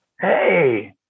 Hey